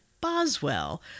Boswell